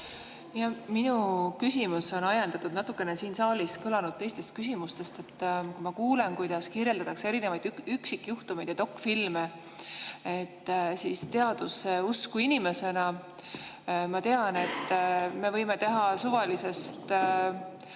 Minu küsimus on natukene ajendatud siin saalis kõlanud teistest küsimustest. Kui ma kuulen, kuidas kirjeldatakse erinevaid üksikjuhtumeid ja dokfilme, siis teaduse usku inimesena ma tean, et me võime suvalise